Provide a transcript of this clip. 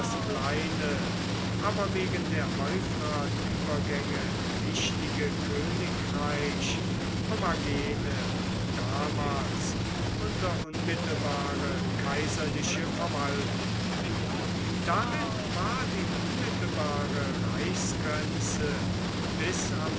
kleine aber wegen der euphratübergänge wichtige königreich kommagene damals unter unmittelbare kaiserliche verwaltung damit war die unmittelbare reichsgrenze bis an den